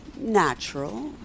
natural